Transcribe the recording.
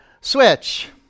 switch